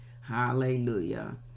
Hallelujah